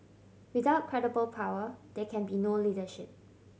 without credible power there can be no leadership